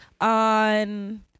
on